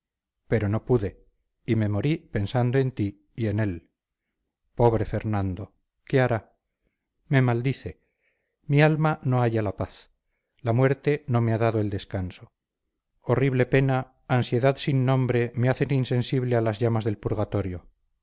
pero no pude y me morí pensando en ti y en él pobre fernando qué hará me maldice mi alma no halla la paz la muerte no me ha dado el descanso horrible pena ansiedad sin nombre me hacen insensible a las llamas del purgatorio